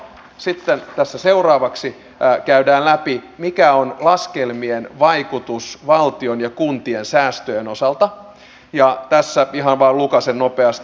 sitten tässä seuraavaksi käydään läpi mikä on laskelmien vaikutus valtion ja kuntien säästöjen osalta ja tämän mukaan ihan vain lukaisen nopeasti